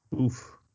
Oof